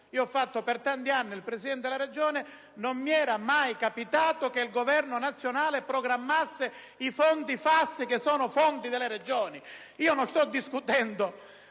Sono stato per tanti anni Presidente di Regione e non mi era mai capitato che il Governo nazionale programmasse i fondi FAS, che sono fondi delle Regioni! *(Applausi del